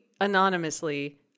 anonymously